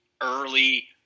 early